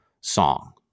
song